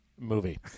movie